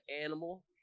animal